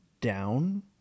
down